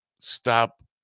stop